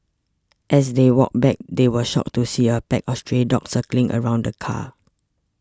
as they walked back they were shocked to see a pack of stray dogs circling around the car